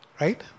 Right